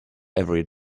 every